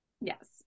Yes